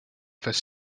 phase